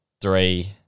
three